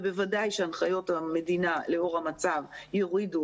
ובוודאי שהנחיות המדינה לאור המצב יורידו